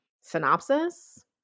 synopsis